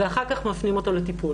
ואחר כך מפנים אותו לטיפול.